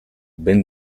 ben